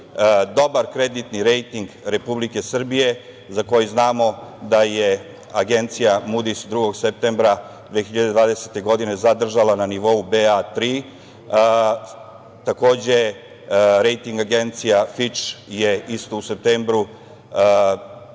dobar kreditni rejting Republike Srbije, za koji znamo da je agencija „Mudis“ 2. septembra 2020. godine zadržala na nivou BA3. Takođe, rejting agencija „Fič“ je, isto u septembru, dala